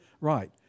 right